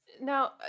Now